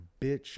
bitch